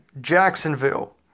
Jacksonville